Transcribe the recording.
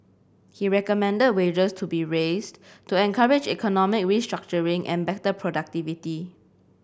he recommended wages be raised to encourage economic restructuring and better productivity